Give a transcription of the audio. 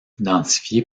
identifiée